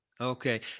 Okay